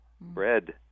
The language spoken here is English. bread